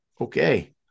okay